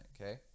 okay